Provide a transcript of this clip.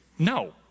No